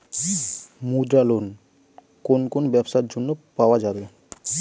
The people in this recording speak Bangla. মুদ্রা লোন কোন কোন ব্যবসার জন্য পাওয়া যাবে?